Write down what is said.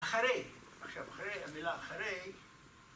אחרי, עכשיו אחרי, המילה אחרי